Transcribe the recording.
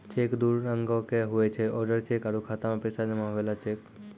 cheque दू रंगोके हुवै छै ओडर चेक आरु खाता मे पैसा जमा हुवै बला चेक